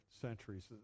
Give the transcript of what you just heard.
centuries